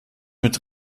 mit